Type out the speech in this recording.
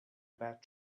about